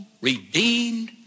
redeemed